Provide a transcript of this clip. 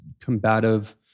combative